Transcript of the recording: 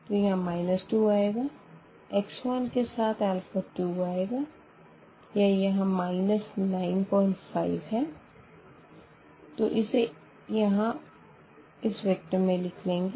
तो यहाँ 2 आएगा x 1 के साथ अल्फ़ा 2 आएगा यह यहाँ माइनस 95 है तो इसे यहाँ वेक्टर में लिख लेंगे